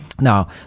Now